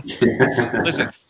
listen